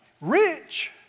rich